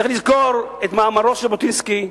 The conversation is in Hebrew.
צריך לזכור את מאמרו של ז'בוטינסקי,